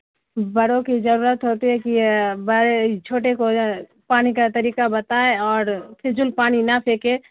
بڑوں کی ضرورت ہوتی ہے کہ بڑے چھوٹے کو پانی کا طریقہ بتائے اور فضول پانی نہ پھینکے